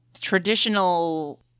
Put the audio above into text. traditional